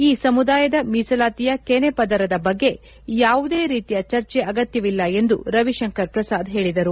ಈ ಸಮುದಾಯದ ಮೀಸಲಾತಿಯ ಕೆನೆಪದರದ ಬಗ್ಗೆ ಯಾವುದೇ ರೀತಿಯ ಚರ್ಚೆ ಅಗತ್ಲವಿಲ್ಲ ಎಂದು ರವಿಶಂಕರ್ ಪ್ರಸಾದ್ ಹೇಳಿದರು